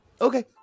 Okay